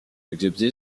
excepté